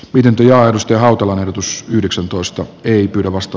pidempi ja aidosti hautova otus yhdeksäntoista ei pyydä vasta